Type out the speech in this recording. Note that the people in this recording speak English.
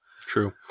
True